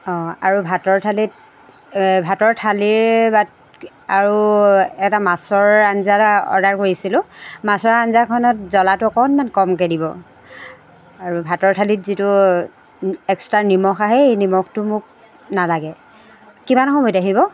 অঁ আৰু ভাতৰ থালিত ভাতৰ থালিৰ আৰু এটা মাছৰ আঞ্জা অৰ্ডাৰ কৰিছিলোঁ মাছৰ আঞ্জাখনত জ্বলাটো অকণমান কমকৈ দিব আৰু ভাতৰ থালিত যিটো এক্সট্ৰা নিমখ আহে এই নিমখটো মোক নালাগে কিমান সময়ত আহিব